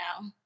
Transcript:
now